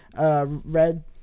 red